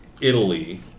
Italy